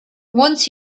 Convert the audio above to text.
once